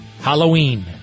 Halloween